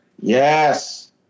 Yes